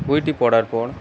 বইটি পড়ার পর